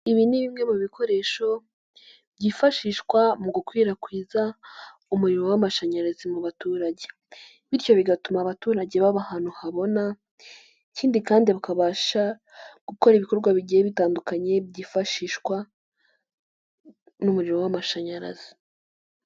Ibi ni bimwe mu bikoresho byifashishwa mu gukwirakwiza umuriro w'amashanyarazi mu baturage bityo bigatuma abaturage baba ahantu habona, ikindi kandi bakabasha gukora ibikorwa bigiye bitandukanye byifashishwa n'umuriro w'amashanyarazi.